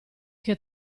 che